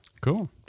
Cool